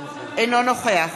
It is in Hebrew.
אינו נוכח